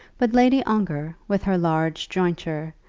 but lady ongar, with her large jointure,